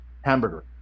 Hamburger